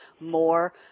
more